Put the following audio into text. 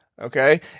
Okay